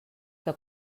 que